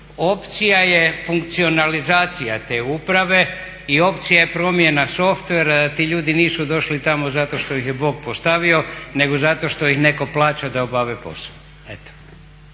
Opcija je funkcionalizacija te uprave i opcija je promjena softvera jer ti ljudi nisu došli tamo zato što ih je Bog postavio nego zato što ih netko plaća da obave posao.